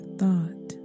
thought